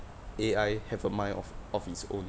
A_I have a mind of of its own